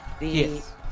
Yes